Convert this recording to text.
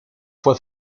fue